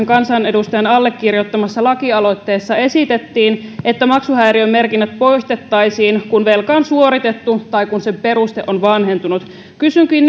kansanedustajan allekirjoittamassa lakialoitteessa esitettiin että maksuhäiriömerkinnät poistettaisiin kun velka on suoritettu tai kun sen peruste on vanhentunut kysynkin